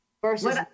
Versus